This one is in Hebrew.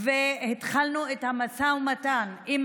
והתחלנו את המשא ומתן עם